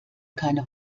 keine